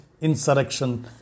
insurrection